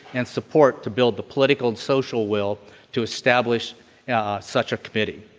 and support to build the political and social will to establish such a committee.